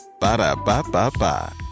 Ba-da-ba-ba-ba